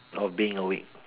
of being awake